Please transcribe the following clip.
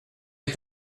est